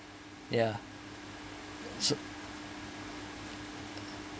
ya so